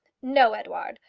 no, edouard.